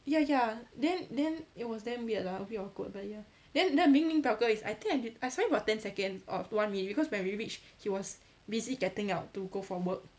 ya ya then then it was damn weird lah a bit awkward but ya then then ming ming 表哥 is I think I I saw him for ten second or one minute because when we reach he was busy getting up to go for work